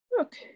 Okay